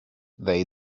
they